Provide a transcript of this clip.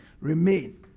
Remain